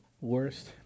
Worst